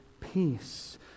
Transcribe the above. peace